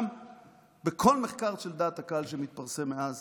גם בכל מחקר של דעת הקהל שמתפרסם מאז